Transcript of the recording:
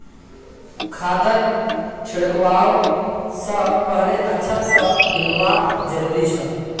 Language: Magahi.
खादक छिड़कवा स पहले अच्छा स मिलव्वा जरूरी छ